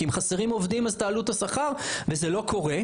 כי אם חסרים עובדים אז תעלו את השכר, וזה לא קורה.